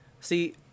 See